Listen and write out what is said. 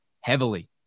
heavily